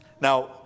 Now